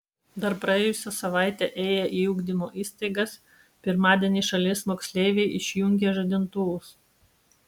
dar praėjusią savaitę ėję į ugdymo įstaigas pirmadienį šalies moksleiviai išjungė žadintuvus